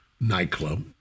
nightclub